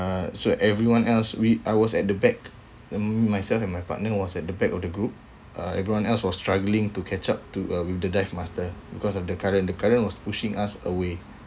uh so everyone else we I was at the back myself and my partner was at the back of the group uh everyone else was struggling to catch up to uh with the dive master because of the current the current was pushing us away